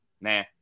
nah